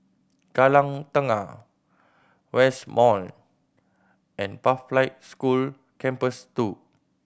Kallang Tengah West Mall and Pathlight School Campus Two